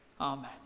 Amen